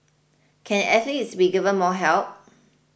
can athletes be given more help